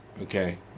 Okay